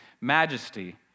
majesty